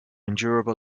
endurable